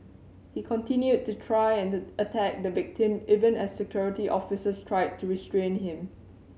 he continued to try and the attack the victim even as Security Officers tried to restrain him